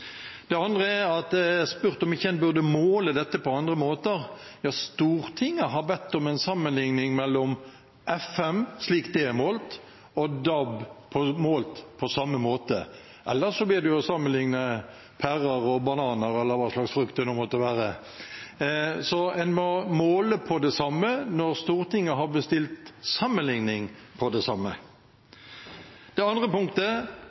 Det andre er at det er spurt om en ikke burde måle dette på andre måter. Ja, Stortinget har bedt om en sammenligning mellom FM, slik det er målt, og DAB, målt på samme måte – ellers blir det som å sammenligne pærer og bananer, eller hva slags frukt det nå måtte være. Så en må måle på det samme når Stortinget har bestilt sammenligning på det samme. Det